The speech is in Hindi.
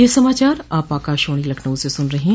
ब्रे क यह समाचार आप आकाशवाणी लखनऊ से सुन रहे हैं